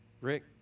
Rick